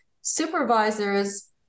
supervisors